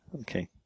Okay